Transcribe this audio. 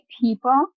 people